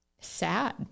sad